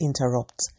interrupt